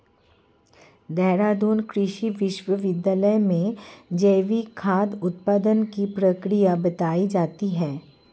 देहरादून कृषि विश्वविद्यालय में जैविक खाद उपयोग की प्रक्रिया बताई जाती है